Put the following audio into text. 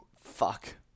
Fuck